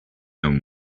own